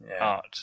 art